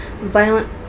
violent